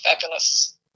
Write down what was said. fabulous